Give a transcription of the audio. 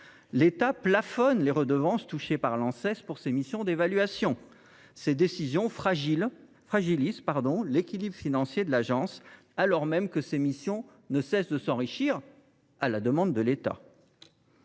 l’État plafonne les redevances perçues par l’agence pour ses opérations d’évaluation. Ces décisions fragilisent son équilibre financier, alors même que ses missions ne cessent de s’enrichir, à la demande de l’État.